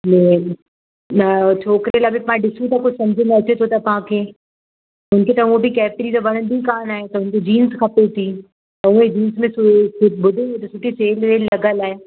plain न उहो छोकिरे लाइ बि मां ॾिसूं त कुझु समुझ में अचे थो त तव्हां खे उन खे त हूंअं बि कैपरी त वणंदी कान आहे त हुन खे जींस खपे थी त उहे जींस में ॿुधी त सुठी सेल वेल लॻलि आहे